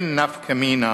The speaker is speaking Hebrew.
אין נפקא מינה